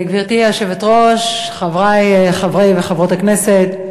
גברתי היושבת-ראש, חברי חברי וחברות הכנסת,